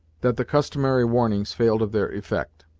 that the customary warnings failed of their effect.